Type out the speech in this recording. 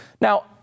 Now